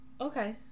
Okay